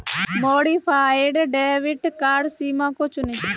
modified debit card सीमा को चुनें